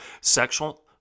sexual